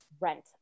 rent